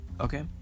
Okay